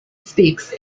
speaks